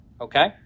okay